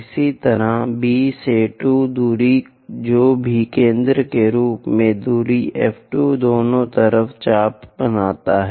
इसी तरह B से 2 दूरी जो भी केंद्र के रूप में दूरी F 2 दोनों तरफ एक चाप बनाते हैं